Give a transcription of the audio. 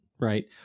right